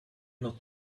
not